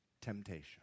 temptation